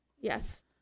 Yes